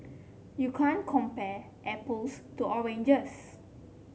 you can't compare apples to oranges